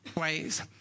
ways